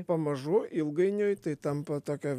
pamažu ilgainiui tai tampa tokia